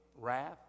wrath